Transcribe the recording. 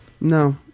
No